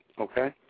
okay